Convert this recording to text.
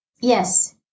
yes